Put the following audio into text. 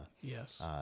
Yes